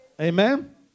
Amen